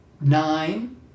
nine